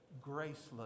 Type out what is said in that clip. graceless